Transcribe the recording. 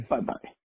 Bye-bye